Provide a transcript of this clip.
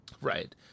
right